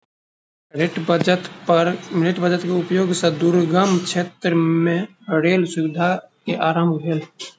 rail budget के उपयोग सॅ दुर्गम क्षेत्र मे रेल सुविधा के आरम्भ भेल